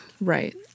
Right